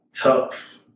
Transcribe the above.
tough